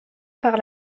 par